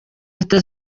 leta